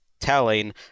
telling